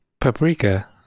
paprika